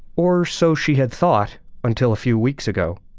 or so she had thought until a few weeks ago